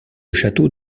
château